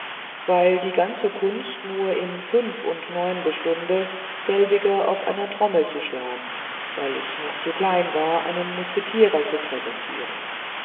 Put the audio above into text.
weil die ganze kunst nur in fünf und neun be stunde selbiger auf einer trommel zu schlagen weil ich noch zu klein war einen musketierer zu präsentieren